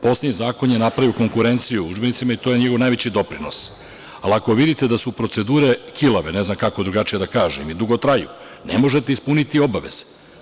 Poslednji zakon je napravio konkurenciju udžbenicima i to je njihov najveći doprinos, ali ako vidite da su procedure kilave, ne znam kako drugačije da kažem, i dugo traju, ne možete ispuniti obaveze.